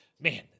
man